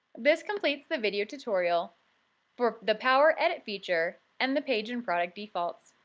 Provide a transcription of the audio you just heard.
this completes the video tutorial for the power edit feature and the page and product defaults.